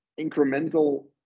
incremental